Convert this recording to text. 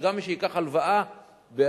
גם מי שייקח הלוואה השבוע,